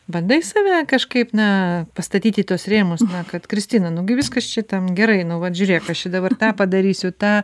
bandai save kažkaip na pastatyt į tuos rėmus kad kristina nugi viskas čia tam gerai nu vat žiūrėk aš čia dabar tą padarysiu tą